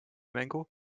mängu